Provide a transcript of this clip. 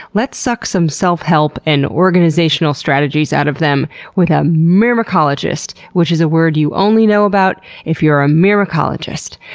let's suck some self-help and organizational strategies out of them with a myrmecologist, which is a word you only know about if you're a myrmecologist.